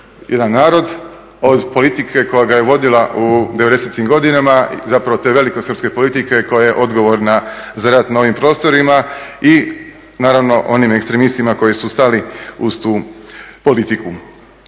jedan narod od politike koja ga je vodila u 90-im godinama, zapravo te veliko srpske politike koje je odgovorna za rat na ovim prostorima i naravno onim ekstremistima koji su stali uz tu politiku.